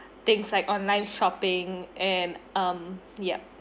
things like online shopping and um yup